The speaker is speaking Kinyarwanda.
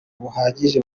buhagije